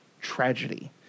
tragedy